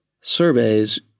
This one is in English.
surveys